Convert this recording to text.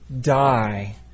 die